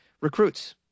recruits